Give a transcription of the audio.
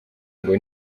ngo